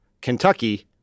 Kentucky